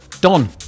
Don